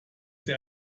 sie